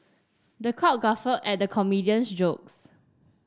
the crowd guffaw at the comedian's jokes